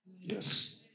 Yes